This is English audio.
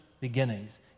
beginnings